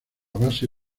base